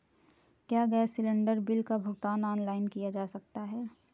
क्या gas cylinder bill का भुगतान ऑनलाइन किया जा सकता है?